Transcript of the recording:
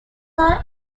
are